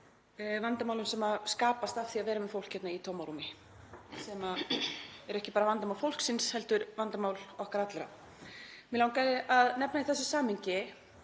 vandamálin sem skapast af því að við erum með fólk hérna í tómarúmi, sem er ekki bara vandamál fólksins heldur vandamál okkar allra. Mig langaði að nefna eitt í þessu samhengi,